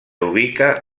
ubica